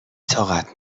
طاقت